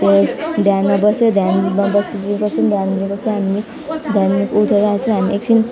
उयो ध्यानमा बस्यो ध्यानमा बसेको ध्यान दिए पछि हामी ध्यानबाट उठेर चाहिँ हामी एकछिन्